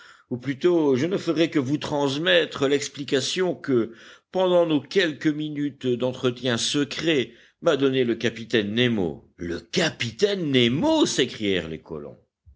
ou plutôt je ne ferai que vous transmettre l'explication que pendant nos quelques minutes d'entretien secret m'a donnée le capitaine nemo le capitaine nemo s'écrièrent les colons